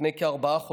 לפני כארבעה חודשים,